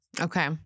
Okay